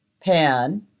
pan